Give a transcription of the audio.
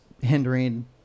hindering